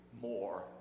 more